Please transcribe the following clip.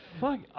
Fuck